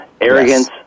arrogance